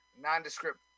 nondescript